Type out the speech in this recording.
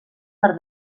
per